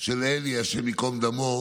של אלי, ה' ייקום דמו,